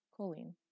choline